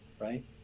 right